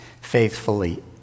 faithfully